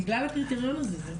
בגלל הקריטריון הזה.